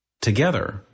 together